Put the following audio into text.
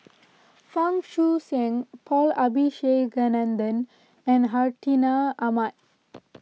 Fang Guixiang Paul Abisheganaden and Hartinah Ahmad